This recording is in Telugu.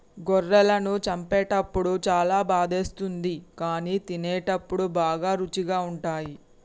గొర్రెలను చంపేటప్పుడు చాలా బాధేస్తుంది కానీ తినేటప్పుడు బాగా రుచిగా ఉంటాయి